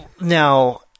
Now